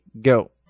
go